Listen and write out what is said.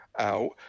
out